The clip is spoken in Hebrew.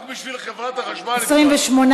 התשע"ח 2017, נתקבל.